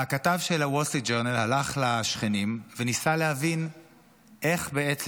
הכתב של הוול סטריט ג'ורנל הלך לשכנים וניסה להבין איך בעצם